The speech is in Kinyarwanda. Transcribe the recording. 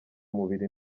mubiri